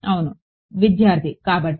అవును విద్యార్థి కాబట్టి